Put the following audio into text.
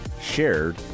shared